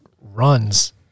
runs